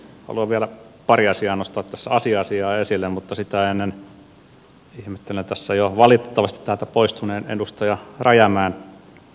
haluan vielä pari asia asiaa nostaa tässä esille mutta sitä ennen ihmettelen tässä valitettavasti täältä jo poistuneen edustaja rajamäen kommentteja